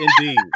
Indeed